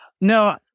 no